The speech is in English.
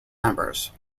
members